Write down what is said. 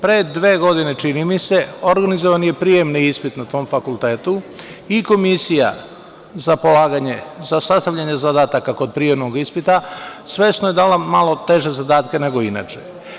Pre dve godine, čini mi se, organizovan je prijemni ispit na tom fakultetu i komisija za sastavljanje zadataka kod prijemnog ispita svesno je dala malo teže zadatke nego inače.